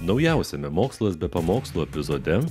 naujausiame mokslas be pamokslų epizode